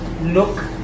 look